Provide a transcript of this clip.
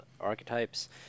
archetypes